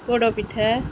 ପୋଡ଼ ପିଠା